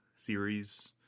series